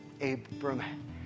Abraham